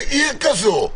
בעיר כזו,